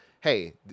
Hey